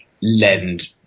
lend